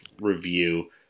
review